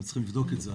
הם צריכים לבדוק את זה.